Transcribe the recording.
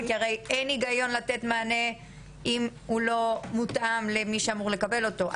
כי הרי אין היגיון לתת מענה אם הוא לא מותאם למי שאמור לקבל אותו.